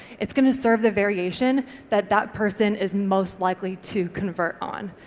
it's going to serve the variation that that person is most likely to convert on.